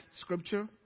scripture